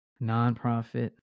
nonprofit